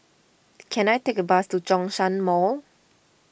can I take a bus to Zhongshan Mall